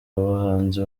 bahanzi